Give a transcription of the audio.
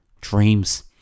dreams